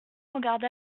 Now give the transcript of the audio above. regarda